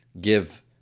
give